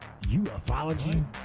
Ufology